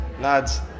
lads